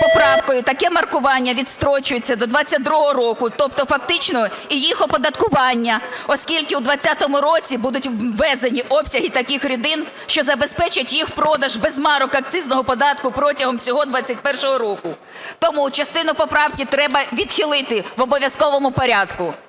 таке маркування відстрочується до 2022 року, тобто фактично і їх оподаткування, оскільки в 2020 році будуть ввезені обсяги таких рідин, що забезпечать їх продаж без марок акцизного податку протягом всього 2021 року. Тому частину поправки треба відхилити, в обов'язковому порядку.